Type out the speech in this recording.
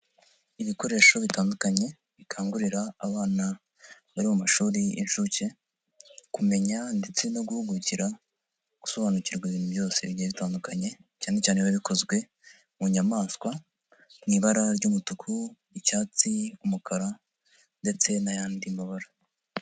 Ibikoresho bitandukanye bikangurira abana bari mu mashuri y'inshuke, kumenya ndetse no guhugukira, gusobanukirwa ibintu byose bitandukanye, cyanecyane biba bikozwe mu nyamanswa mu ibara ry'umutuku, icyatsi, umukara ndetse n'ayandi mabara.